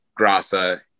Grasa